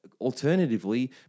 alternatively